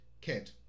kid